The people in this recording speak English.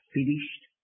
Finished